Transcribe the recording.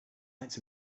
lights